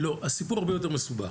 לא, הסיפור הרבה יותר מסובך.